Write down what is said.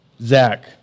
Zach